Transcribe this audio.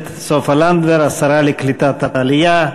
הכנסת סופה לנדבר, השרה לקליטת העלייה.